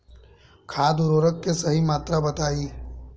खाद उर्वरक के सही मात्रा बताई?